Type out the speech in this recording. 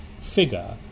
figure